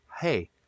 hey